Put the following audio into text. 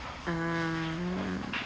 ah